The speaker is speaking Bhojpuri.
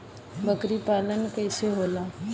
बकरी पालन कैसे होला?